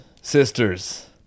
sisters